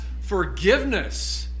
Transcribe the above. forgiveness